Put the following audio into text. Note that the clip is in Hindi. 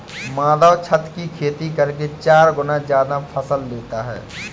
माधव छत की खेती करके चार गुना ज्यादा फसल लेता है